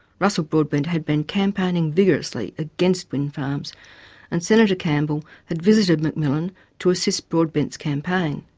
russell broadbent had been campaigning vigorously against wind farms and senator campbell had visited mcmillan to assist broadbent's campaign.